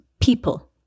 people